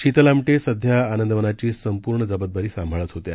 शीतलआमटेसध्याआनंदवनाचीसंपूर्णजबाबदारीसांभाळतहोत्या